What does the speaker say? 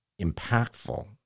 impactful